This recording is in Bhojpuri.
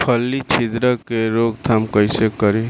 फली छिद्रक के रोकथाम कईसे करी?